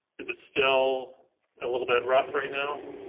it's it's still a little bit rough right now?